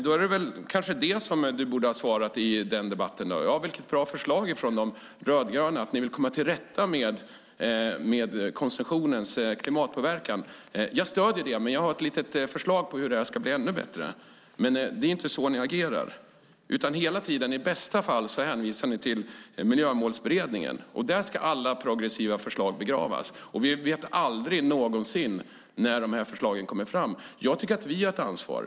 Då är det kanske det som Roger Tiefensee borde ha svarat i debatten förra veckan: Ja, vilket bra förslag från de rödgröna, att ni vill komma till rätta med konsumtionens klimatpåverkan - jag stöder det men har ett litet förslag på hur det ska bli ännu bättre. Men det är inte så ni agerar! I bästa fall hänvisar ni till Miljömålsberedningen. Där ska alla progressiva förslag begravas, och vi vet aldrig någonsin när de förslagen kommer fram. Jag tycker att vi har ett ansvar.